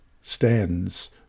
stands